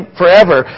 forever